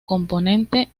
componente